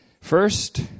first